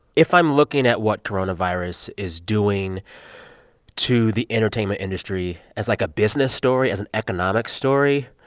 if i'm looking at what coronavirus is doing to the entertainment industry as, like, a business story, as an economic story,